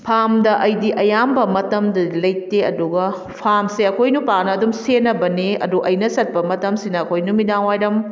ꯐꯥꯔꯝꯗ ꯑꯩꯗꯤ ꯑꯌꯥꯝꯕ ꯃꯇꯝꯗꯗꯤ ꯂꯩꯇꯦ ꯑꯗꯨꯒ ꯐꯥꯔꯝꯁꯦ ꯑꯩꯈꯣꯏ ꯅꯨꯄꯥꯅ ꯑꯗꯨꯝ ꯁꯦꯟꯅꯕꯅꯦ ꯑꯗꯨ ꯑꯩꯅ ꯆꯠꯄ ꯃꯇꯝꯁꯤꯅ ꯑꯩꯈꯣꯏ ꯅꯨꯃꯤꯗꯥꯡ ꯋꯥꯏꯔꯝ